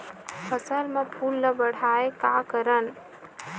फसल म फूल ल बढ़ाय का करन?